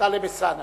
טלב אלסאנע.